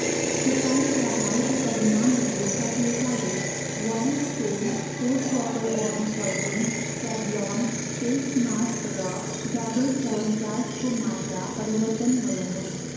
तपाईँका हालका परिमाणहरू सकिएकाले wild stone code copper body perfume Savlon face mask र डाबर च्यवनप्रासको मात्रा परिवर्तन गर्नुहोस्